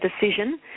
decision